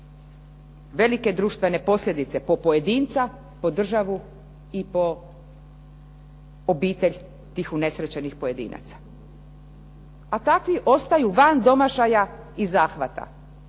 velike društvene posljedice po pojedinca, po državu i po obitelj tih unesrećenih pojedinaca. A takvi ostaju van domašaja i zahvata.